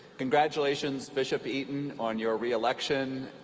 congratulations bishop eaton on your reelection.